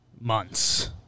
Months